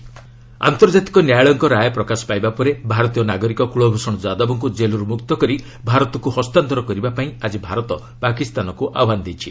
RS Yadav ଆନ୍ତର୍ଜାତିକ ନ୍ୟାୟାଳୟଙ୍କ ରାୟ ପରେ ଭାରତୀୟ ନାଗରିକ କୃଳଭୂଷଣ ଯାଦବଙ୍କୁ ଜେଲ୍ରୁ ମୁକ୍ତ କରି ଭାରତକୁ ହସ୍ତାନ୍ତର କରିବା ଲାଗି ଆକି ଭାରତ ପାକିସ୍ତାନକୁ ଆହ୍ୱାନ ଦେଇଛି